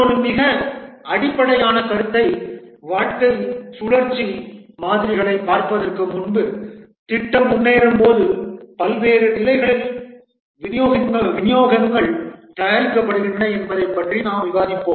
மற்றொரு மிக அடிப்படையான கருத்தை வாழ்க்கைச் சுழற்சி மாதிரிகளைப் பார்ப்பதற்கு முன்பு திட்டம் முன்னேறும் போது பல்வேறு நிலைகளில் விநியோகங்கள் தயாரிக்கப்படுகின்றன என்பதை பற்றி நாம் விவாதிப்போம்